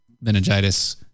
meningitis